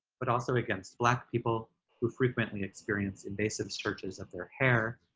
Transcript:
but also against black people who frequently experience invasive searches of their hair,